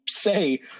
Say